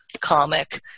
comic